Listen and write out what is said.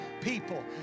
people